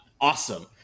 awesome